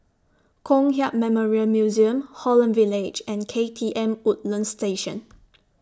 Kong Hiap Memorial Museum Holland Village and K T M Woodlands Station